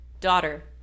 Daughter